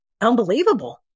unbelievable